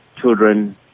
children